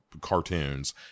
cartoons